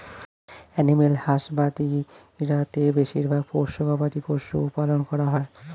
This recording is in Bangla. এনিম্যাল হাসবাদরী তে বেশিরভাগ পোষ্য গবাদি পশু পালন করা হয়